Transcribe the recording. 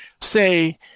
say